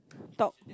talk